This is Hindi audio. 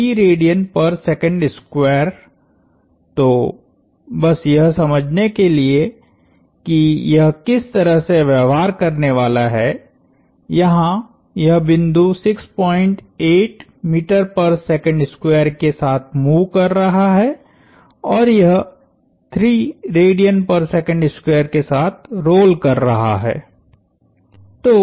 तो तो बस यह समझने के लिए कि यह किस तरह से व्यवहार करने वाला है यहाँ यह बिंदु के साथ मूव कर रहा है और यह के साथ रोल कर रहा है